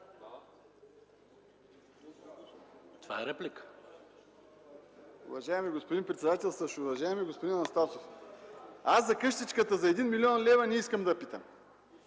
(независим): Уважаеми господин председателстващ! Уважаеми господин Анастасов, аз за къщичката за един милион лева не искам да питам.